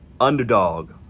underdog